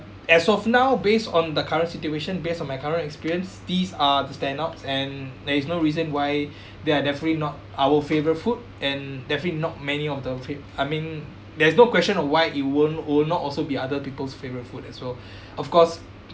as of now based on the current situation based on my current experience these are the standouts and there is no reason why they are definitely not our favourite food and definitely not many of the fame I mean there's no question of why it won't would not also be other people's favourite food as well of course